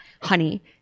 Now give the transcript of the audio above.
honey